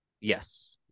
yes